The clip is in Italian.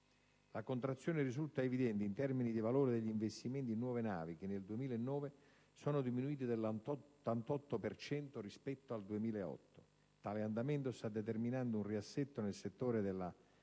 La contrazione risulta evidente in termini di valore degli investimenti in nuove navi, che nel 2009 sono diminuiti dell'88 per cento rispetto al 2008. Tale andamento sta determinando un riassetto del settore della